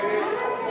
המערכת.